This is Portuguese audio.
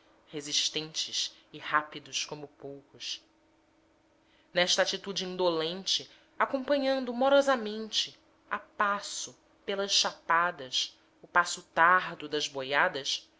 resistentes e rápidos como poucos nesta atitude indolente acompanhando morosamente a passo pelas chapadas o passo tardo das boiadas